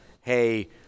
hey